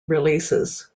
releases